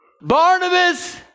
Barnabas